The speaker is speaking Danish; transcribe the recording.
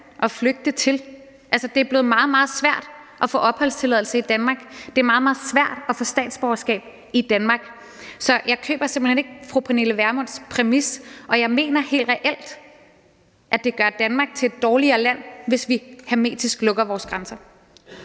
at flygte til. Altså, det er blevet meget, meget svært at få opholdstilladelse i Danmark. Det er meget, meget svært at få statsborgerskab i Danmark. Så jeg køber simpelt hen ikke fru Pernille Vermunds præmis, og jeg mener helt reelt, at det gør Danmark til et dårligere land, hvis vi hermetisk lukker vores grænser.